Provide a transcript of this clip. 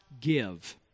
give